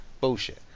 Bullshit